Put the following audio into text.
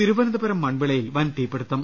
തിരുവനന്തപുരം മൺവിളയിൽ വൻ തീപിടുത്തം